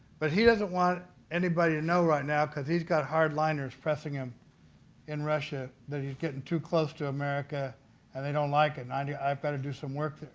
but he doesn't want anybody to know right now because he's got hard liners pressing him in russia that he's getting too close to america and they don't like and and i've got to do some work.